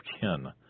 kin